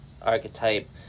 archetype